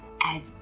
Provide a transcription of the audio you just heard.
Add